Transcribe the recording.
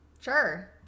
Sure